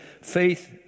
faith